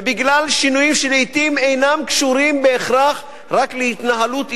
ובגלל שינויים שלעתים אינם קשורים בהכרח רק להתנהלות אישית,